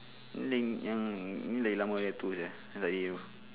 ni yang ni lagi lama daripada tu sia